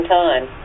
time